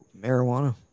Marijuana